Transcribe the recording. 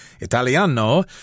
Italiano